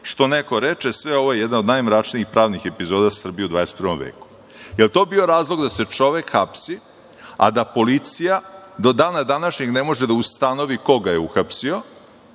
što neko reče – sve ovo je jedna od najmračnijih pravnih epizoda Srbije u 21. veku.“Da li je to bio razlog da se čovek hapsi, a da policija do dana današnjeg ne može da ustanovi ko ga je uhapsio.